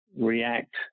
react